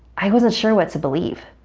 i wasn't sure what to believe.